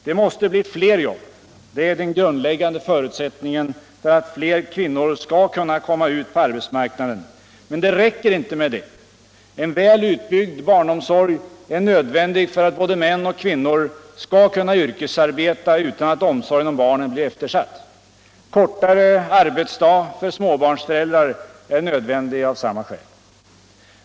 Dei måste bli fler jobb. Det är den grundläggande förutsättningen för att fler kvinnor skall kunna komma ut på arbetsmarknaden. Men det räcker inte med det. En vil utbyggd barnomsorg är nödvändig för att både män och kvinnor skall kunna yrkesarbeta utan att omsorgen om barnen blir eftersatt. Kortare arbetsdag för småbarnsföräldrar är nödvändig av samma skäl.